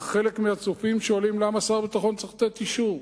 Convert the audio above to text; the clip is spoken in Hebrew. חלק מהצופים ודאי שואלים למה שר הביטחון צריך לתת אישור,